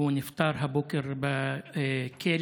והוא נפטר הבוקר בכלא.